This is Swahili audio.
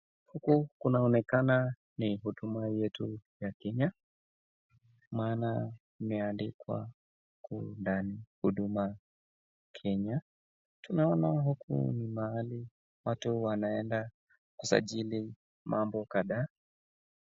Huku ianonekana ni huduma yetu ya Kenya maana imeandikwa huku ndani huduma Kenya. Tunaona huku ni mahali watu wanaenda kusajili mambo kadhaa.